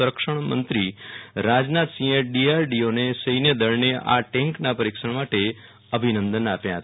સંરક્ષણ મંત્રી રાજનાથ સિંહે ડીઆરડીઓ અને સૈન્ય દળને આ ટેન્કના પરીક્ષણ માટે અભિનંદન આપ્યા હતા